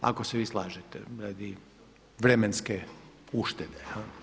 Ako se vi slažete radi vremenske uštede.